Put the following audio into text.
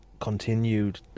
continued